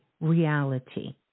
reality